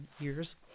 years